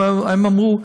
הם אמרו,